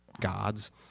gods